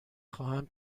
خواهم